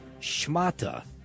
schmata